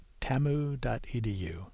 tamu.edu